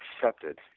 accepted